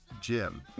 Jim